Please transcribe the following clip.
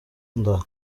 nda